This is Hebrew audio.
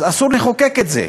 אז אסור לחוקק את זה.